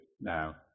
now